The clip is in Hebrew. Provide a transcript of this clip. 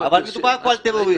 אבל מדובר פה על טרוריסטים,